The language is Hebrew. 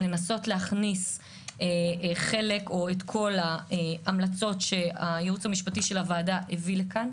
לנסות להכניס חלק או את כל ההמלצות שהייעוץ המשפטי של הוועדה הביא לכאן.